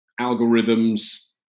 algorithms